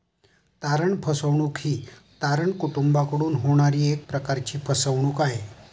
तारण फसवणूक ही तारण कुटूंबाकडून होणारी एक प्रकारची फसवणूक आहे